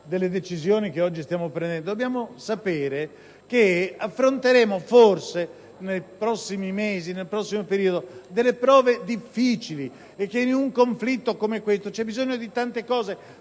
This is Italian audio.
delle decisioni che oggi stiamo prendendo, dobbiamo sapere che forse affronteremo nei prossimi mesi, nel prossimo periodo, delle prove difficili e che in un conflitto come questo c'è bisogno anche